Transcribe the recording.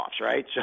right